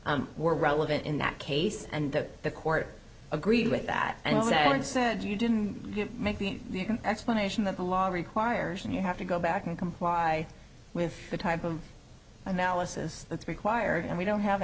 were relevant in that case and that the court agreed with that and said and said you didn't make the explanation that the law requires and you have to go back and comply with the type of analysis that's required and we don't have